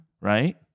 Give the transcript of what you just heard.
Right